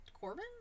corbin